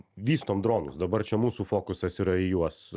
vystom dronus dabar čia mūsų fokusas yra į juos